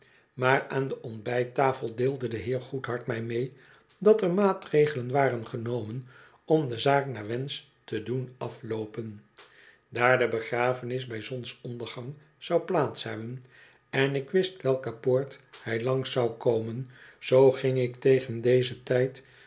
maar aan de ontbijttafel deelde de heer goedhart mg mee dat er maatregelen waren genomen om de zaak naar wensch te doen afloopen daar de begrafenis bij zonsondergang zou plaats hebben en ik wist welke poort hij langs zou komen zoo ging ik tegen dezen tijd